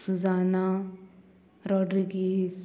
Sujana Rodrigues